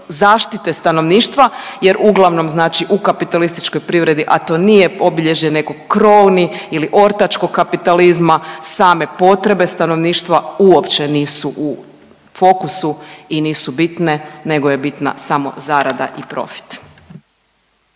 zaštite stanovništva jer uglavnom znači u kapitalističkoj privredi, a to nije obilježje nekog krovni ili ortačkog kapitalizma, same potrebe stanovništva uopće nisu u fokusu i nisu bitne nego je bitna samo zarada i profit.